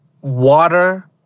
water